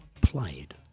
played